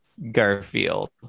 garfield